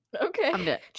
Okay